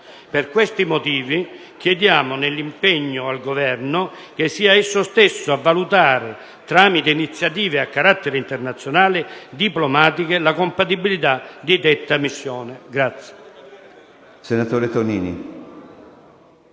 Per questi motivi chiediamo nell'impegno al Governo che sia esso stesso a valutare, tramite iniziative diplomatiche a carattere internazionale, la compatibilità di detta missione